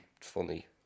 funny